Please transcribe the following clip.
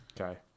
Okay